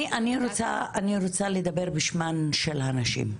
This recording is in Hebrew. אני רוצה לדבר בשמן של הנשים.